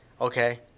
okay